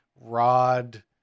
Rod